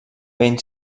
ben